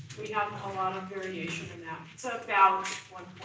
we have a lot of variation in that. so about one